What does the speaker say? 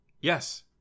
Yes